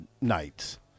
nights